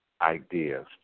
ideas